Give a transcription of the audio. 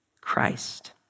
Christ